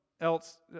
else